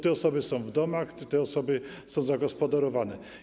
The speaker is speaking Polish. Te osoby są w domach, te osoby są zagospodarowane.